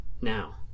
now